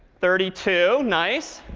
thirty two. nice.